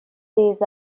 des